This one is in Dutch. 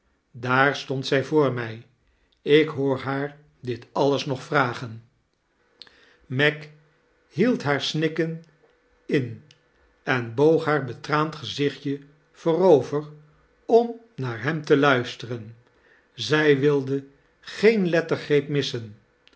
daar stond zij voor mij ik hoor haar dit alles nog vragen meg hield liaar snikken in en boog haar betraand gezichtje voorover om naar hem te ludsteren zij wilde geen lettergreep missen